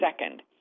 second